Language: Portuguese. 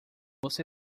você